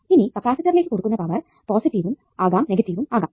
ഇനി കപ്പാസിറ്ററിലേക്ക് കൊടുക്കുന്ന പവർ പോസിറ്റീവും ആകാം നെഗറ്റീവും ആകാം